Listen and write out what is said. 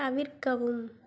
தவிர்க்கவும்